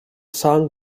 song